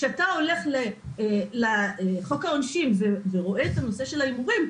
כשאתה הולך לחוק העונשין ורואה את הנושא של ההימורים,